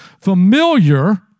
familiar